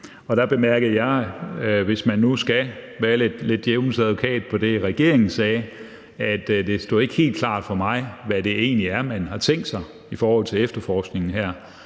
og der bemærkede jeg, hvis man nu lidt skal være djævelens advokat, på det, som regeringen sagde, at det ikke stod helt klart for mig, hvad det egentlig er man her har tænkt sig i forhold til efterforskningen.